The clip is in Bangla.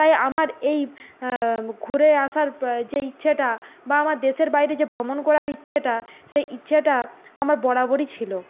তাই আমার এই ঘুরে আসার যে ইচ্ছেটা বা আমার দেশের বাইরে যে ভ্রমণ করার ইচ্ছেটা সেই ইচ্ছেটা আমার বরাবরই ছিল